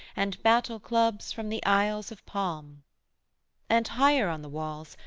and battle-clubs from the isles of palm and higher on the walls,